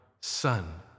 Son